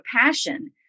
passion